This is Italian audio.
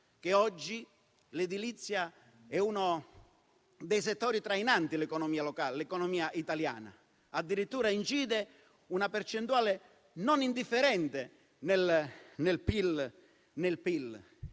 che oggi l'edilizia sia uno dei settori trainanti dell'economia locale, dell'economia italiana. Addirittura incide per una percentuale non indifferente sul PIL,